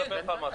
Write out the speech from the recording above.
אין.